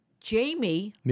Jamie